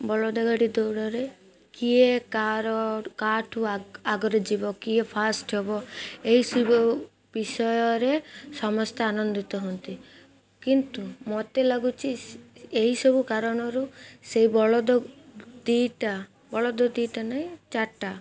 ବଳଦ ଗାଡ଼ି ଦୌଡ଼ରେ କିଏ କାର କାଠୁ ଆଗରେ ଯିବ କିଏ ଫାଷ୍ଟ୍ ହବ ଏହିସବୁ ବିଷୟରେ ସମସ୍ତେ ଆନନ୍ଦିତ ହୁଅନ୍ତି କିନ୍ତୁ ମତେ ଲାଗୁଛି ଏହିସବୁ କାରଣରୁ ସେଇ ବଳଦ ଦୁଇଟା ବଳଦ ଦୁଇଟା ନାହିଁ ଚାରିଟା